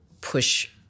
push